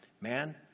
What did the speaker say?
man